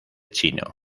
chino